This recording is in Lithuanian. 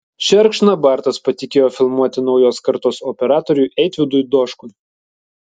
šerkšną bartas patikėjo filmuoti naujos kartos operatoriui eitvydui doškui